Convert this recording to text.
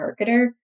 marketer